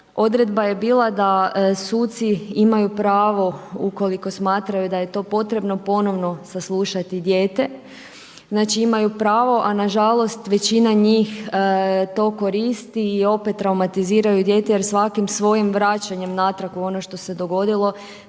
odredba je bila da suci imaju pravo, ukoliko smatraju da je to potrebno, ponovno saslušati dijete, znači imaju pravo, a nažalost većina njih to koristi i opet traumatiziraju dijete jer svakim svojim vraćanjem natrag u ono što se dogodilo,